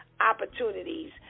opportunities